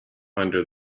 under